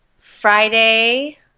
Friday